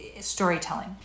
storytelling